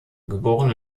geborene